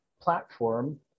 platform